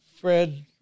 Fred